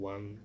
One